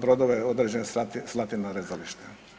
brodove određene slati na rezalište.